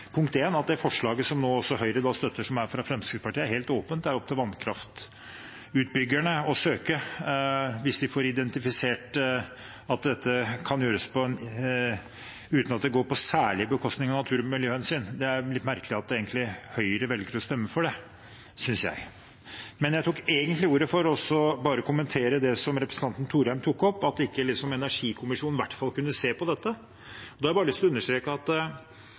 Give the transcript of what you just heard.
punkt én, at det forslaget fra Fremskrittspartiet som nå også Høyre støtter, er helt åpent. Det er opp til vannkraftutbyggerne å søke hvis de får identifisert at dette kan gjøres uten at det går på særlig bekostning av natur- og miljøhensyn. Det er egentlig litt merkelig at Høyre velger å stemme for det, synes jeg. Jeg tok også ordet for å kommentere det representanten Thorheim tok opp, om ikke energikommisjonen i hvert fall kunne se på dette. Da har jeg lyst til å understreke at